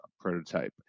prototype